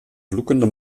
vloekende